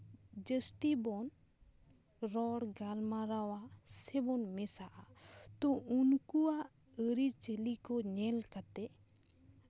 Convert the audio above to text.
ᱡᱟᱹᱥᱛᱤ ᱵᱚᱱ ᱨᱚᱲ ᱜᱟᱞᱢᱟᱨᱟᱣᱟ ᱥᱮᱵᱚᱱ ᱢᱮᱥᱟᱜᱼᱟ ᱠᱤᱱᱛᱩ ᱩᱱᱠᱩᱣᱟᱜ ᱟᱹᱨᱤᱪᱟᱹᱞᱤ ᱠᱚ ᱧᱮᱞ ᱠᱟᱛᱮᱜ